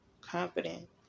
confident